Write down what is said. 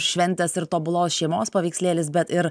šventės ir tobulos šeimos paveikslėlis bet ir